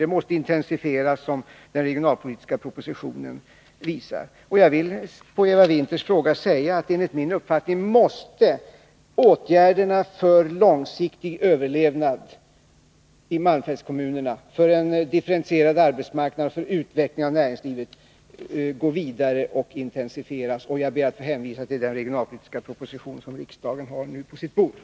Det måste intensifieras, som den regionalpolitiska propositionen visar. Jag vill på Eva Winthers fråga svara att åtgärderna för att säkra en långsiktig överlevnad i malmfältskommunerna och skapa en differentierad marknad för utveckling av näringslivet enligt min uppfattning måste gå vidare och intensifieras. Jag ber att få hänvisa till den regionalpolitiska proposition som riksdagen nu har på sitt bord.